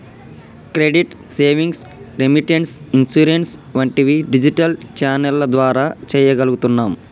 credit, savings, remittance, insurance వంటివి digital ఛానెల్ల ద్వారా చెయ్యగలుగుతున్నాం